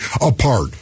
apart